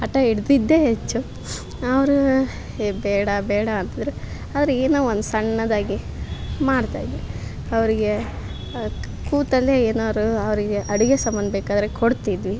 ಹಟ ಹಿಡ್ದಿದ್ದೆ ಹೆಚ್ಚು ಅವರು ಏ ಬೇಡ ಬೇಡ ಅಂತದ್ದರು ಆದರೆ ಏನೋ ಒಂದು ಸಣ್ಣದಾಗಿ ಮಾಡ್ತಾಯಿದ್ದೆ ಅವರಿಗೆ ಕೂತಲ್ಲೇ ಏನಾದರು ಅವರಿಗೆ ಅಡ್ಗೆ ಸಾಮಾನು ಬೇಕಾದರೆ ಕೊಡ್ತಿದ್ವಿ